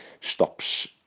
stops